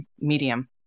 medium